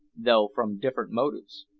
though from different motives.